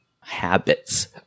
habits